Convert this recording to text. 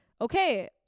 okay